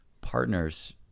partners